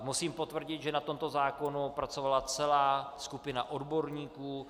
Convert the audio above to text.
Musím potvrdit, že na tomto zákonu pracovala celá skupina odborníků.